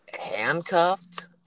handcuffed